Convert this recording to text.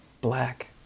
black